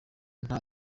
nta